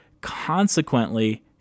Consequently